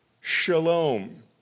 shalom